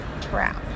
trap